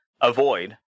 avoid